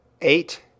eight